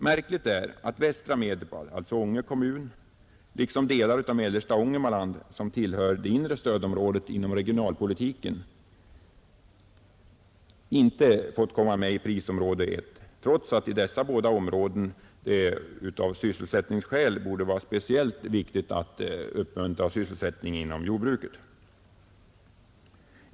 Märkligt är att västra Medelpad — alltså Ånge kommun — och delar av mellersta Ångermanland, som tillhör det inre stödområdet inom regionalpolitiken, inte fått komma med i prisområde I, trots att det i dessa båda områden av sysselsättningsskäl borde vara speciellt viktigt att tillvarata arbetstillfällena också inom jordbruket.